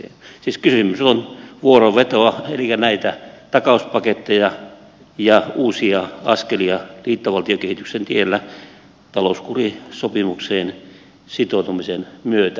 siis kysymys on vuorovedosta elikkä näistä takauspaketeista ja uusista askelista liittovaltiokehityksen tiellä talouskurisopimukseen sitoutumisen myötä